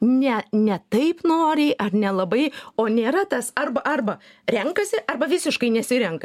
ne ne taip noriai ar nelabai o nėra tas arba arba renkasi arba visiškai nesirenka